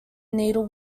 needle